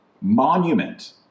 monument